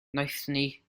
noethni